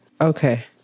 Okay